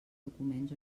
documents